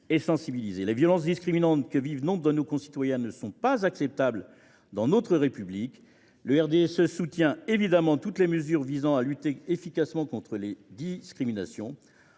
Les violences discriminantes que vivent nombre de nos concitoyens ne sont pas acceptables dans notre République. Le groupe RDSE soutient évidemment toutes les mesures visant à lutter efficacement contre les discriminations.